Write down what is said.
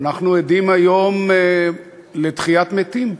אנחנו עדים היום לתחיית מתים.